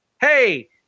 Hey